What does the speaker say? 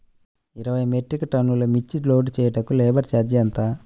ఇరవై మెట్రిక్ టన్నులు మిర్చి లోడ్ చేయుటకు లేబర్ ఛార్జ్ ఎంత?